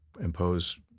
impose